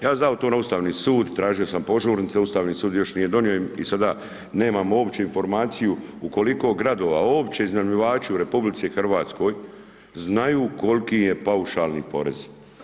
Ja .../nerazumljivo/... na Ustavni sud, tražio sam požurnice, Ustavni sud još nije donio i sada nemamo uopće informaciju u koliko gradova uopće iznajmljivači u RH znaju koliki im je paušalni porez.